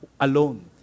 alone